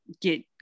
get